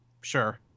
sure